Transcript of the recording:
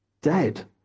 Dead